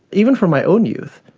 even from my own use,